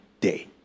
day